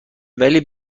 ولی